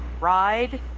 Ride